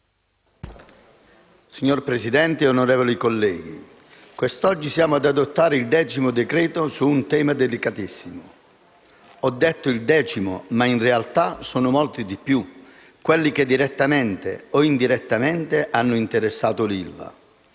Signor Presidente, onorevoli colleghi, quest'oggi siamo ad adottare l'undicesimo decreto-legge su un tema delicatissimo. Ho detto l'undicesimo, ma in realtà sono molti di più quelli che, direttamente o indirettamente, hanno interessato l'ILVA.